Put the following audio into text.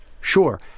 Sure